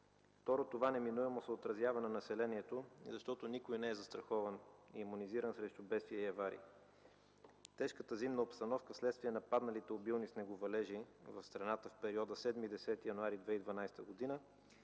Второ, това неминуемо се отразява на населението, защото никой не е застрахован и имунизиран срещу бедствия и аварии. Тежката зимна обстановка, вследствие на падналите обилни снеговалежи в страната в периода 7-10 януари 2012 г.,